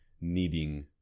needing